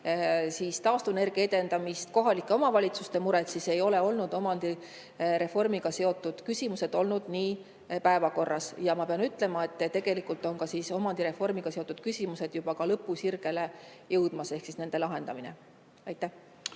taastuvenergia edendamist, kohalike omavalitsuste muret, siis ei ole omandireformiga seotud küsimused olnud väga päevakorras. Ja ma pean ütlema, et tegelikult on omandireformiga seotud küsimused juba lõpusirgele jõudmas, nende lahendamine. Suur